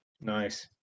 Nice